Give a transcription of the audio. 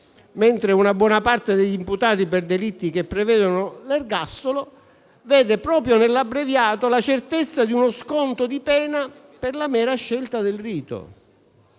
mentre una buona parte degli imputati per delitti che prevedono l'ergastolo vede proprio nell'abbreviato la certezza di uno sconto di pena per la mera scelta del rito;